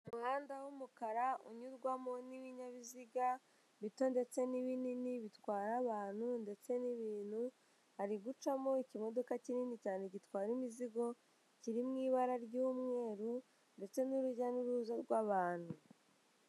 Umuhanda w'umukara unyurwamo n'ibinyabiziga bito ndetse n'ibinini bitwara abantu ndetse n'ibintu, hari gucamo ikimodoka kinini cyane gitwara imizigo kiri mu ibara ry'umweru, ndetse n'urujya n'uruza rw'abantu.